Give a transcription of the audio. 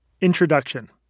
Introduction